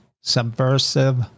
subversive